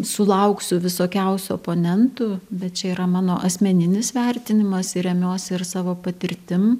sulauksiu visokiausių oponentų bet čia yra mano asmeninis vertinimas ir remiuosi ir savo patirtim